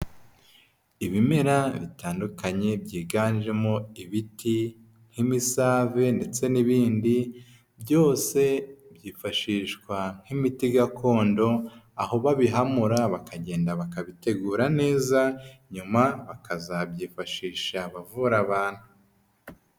Ibimera bitandukanye byiganjemo ibiti nk'imisave ndetse n'ibindi byose byifashishwa nk'imiti gakondo, aho babihamura bakagenda bakabitegura neza nyuma bakazabyifashisha abavura abantu.